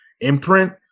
imprint